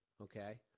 Okay